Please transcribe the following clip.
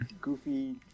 goofy